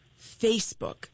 Facebook